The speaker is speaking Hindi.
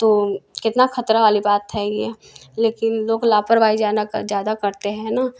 तो कितना खतरा वाली बात है ये लेकिन लोग लापरवाही जाना ज़्यादा करते हैं ना